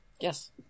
Yes